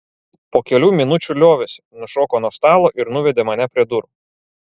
po kelių minučių liovėsi nušoko nuo stalo ir nuvedė mane prie durų